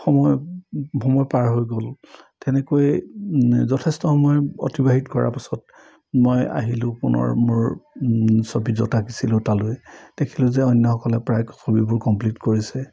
সময় সময় পাৰ হৈ গ'ল তেনেকৈ যথেষ্ট সময় অতিবাহিত কৰা পাছত মই আহিলোঁ পুনৰ মোৰ ছবি য'ত আকিছিলোঁ তালৈ দেখিলোঁ যে অন্যসকলে প্ৰায় ছবিবোৰ কমপ্লিট কৰিছে